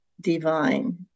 divine